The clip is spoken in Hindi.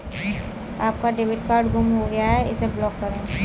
आपका डेबिट कार्ड गुम हो गया है इसे ब्लॉक करें